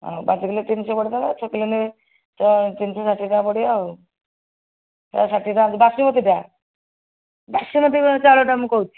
ପାଞ୍ଚ କିଲୋ ତିନିଶହ କରିଦେବା ଛଅ କିଲୋ ତିନିଶହ ଷାଠିଏ ଟଙ୍କା ପଡ଼ିବ ଆଉ ତିନିଶହ ଷାଠିଏ ଟଙ୍କା ବସୁମତୀଟା ବସୁମତୀ ଚାଉଳଟା ମୁଁ କହୁଛି